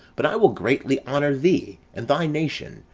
but i will greatly honour thee, and thy nation,